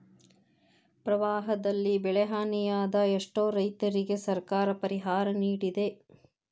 ಪ್ರವಾಹದಲ್ಲಿ ಬೆಳೆಹಾನಿಯಾದ ಎಷ್ಟೋ ರೈತರಿಗೆ ಸರ್ಕಾರ ಪರಿಹಾರ ನಿಡಿದೆ